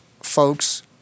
folks